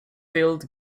field